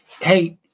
Hey